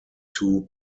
two